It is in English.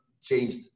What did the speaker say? changed